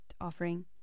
offering